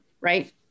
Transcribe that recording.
right